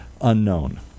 unknown